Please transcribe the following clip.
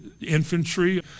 infantry